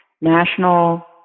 national